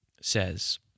says